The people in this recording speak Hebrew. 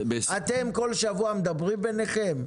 אתם כל שבוע מדברים בינכם?